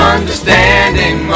Understanding